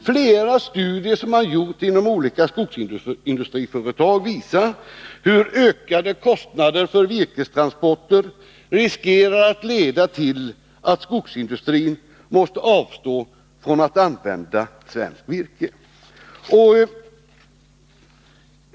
Flera studier som gjorts inom olika skogsindustriföretag visar hur ökade kostnader för virkestransporter riskerar att leda till att skogsindustrin måste avstå från att använda svenskt virke.